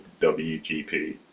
WGP